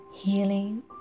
healing